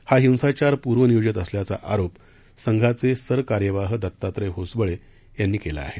हा हिंसाचार पूर्वनियोजित असल्याचा आरोप संघाचे सरकार्यवाह दत्तात्रेय होसबळे यांनी केला आहे